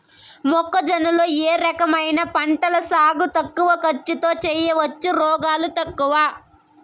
మొక్కజొన్న లో ఏ రకమైన పంటల సాగు తక్కువ ఖర్చుతో చేయచ్చు, రోగాలు తక్కువ?